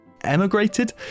emigrated